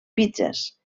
pizzes